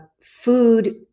food